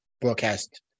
broadcast